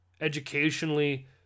educationally